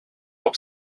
hop